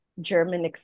German